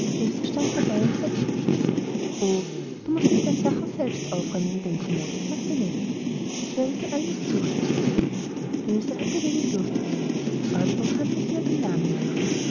und sah zu o du mußt dich dein sachen selbst aufräumen in dein kommode sagte nellie ich werde dich alles zureichen ilse hatte wenig lust dazu ordnung kannte sie nur dem namen nach